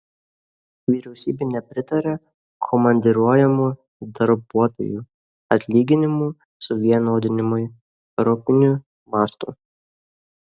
vyriausybė nepritaria komandiruojamų darbuotojų atlyginimų suvienodinimui europiniu mastu